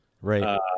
right